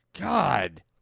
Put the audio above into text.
God